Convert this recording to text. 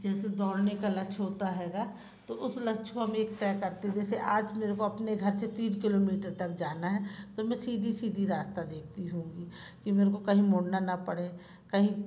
जैसे दौड़ने का लक्ष्य होता हैगा तो उस लक्ष्य को हम एक तय करते जैसे आज मेरे को अपने घर से तीन किलोमीटर तक जाना है तो मैं सीधी सीधी रास्ता देखती हूँगी कि मेरे को कहीं मुड़ना ना पड़े कहीं